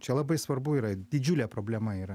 čia labai svarbu yra didžiulė problema yra